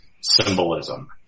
symbolism